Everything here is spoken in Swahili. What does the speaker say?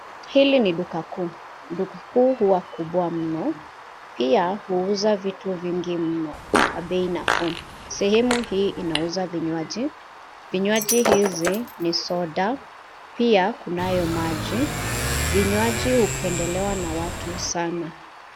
Hili ni duka kuu, duka kuu huwa kubwa mno pia huuza vitu vingi mno kwa bei nafuu. Sehemu hii inauza vinywaji, vinywaji hizi ni soda, pia kunayo maji. Vinywaji hupendelewa na watu sana.